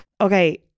Okay